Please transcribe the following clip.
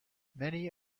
many